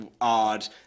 odd